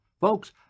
Folks